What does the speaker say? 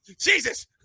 Jesus